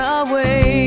away